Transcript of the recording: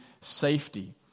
safety